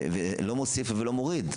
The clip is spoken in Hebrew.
לא מוסיף ולא מוריד.